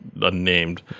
unnamed